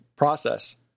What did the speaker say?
process